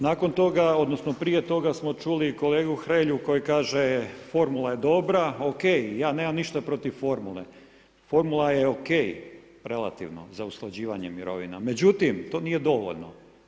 Nakon toga odnosno prije toga smo čuli kolegu Hrelju koji kaže formula je dobra, ok, ja nemam ništa protiv formula, formula je ok relativno za usklađivanje mirovina, međutim to nije dovoljno.